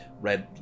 Red